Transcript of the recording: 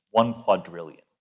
one quadrillion.